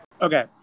Okay